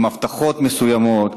עם הבטחות מסוימות,